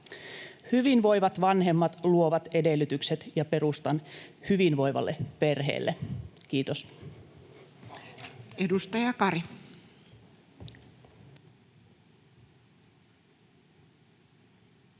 Hyvinvoivat vanhemmat luovat edellytykset ja perustan hyvinvoivalle perheelle. — Kiitos. [Speech 316]